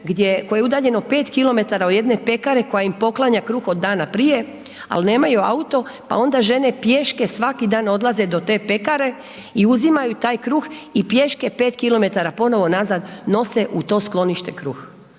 koje je udaljeno 5 km od jedne pekare koja im poklanja kruh od danas prije ali nemaju auto pa onda žene pješke svaki dan odlaze do te pekare i uzimaju taj kruh i pješke 5 km ponovno nazad nose u to sklonište kruh,